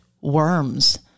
worms